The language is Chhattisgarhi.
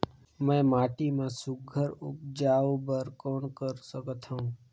मैं माटी मा सुघ्घर उपजाऊ बर कौन कर सकत हवो?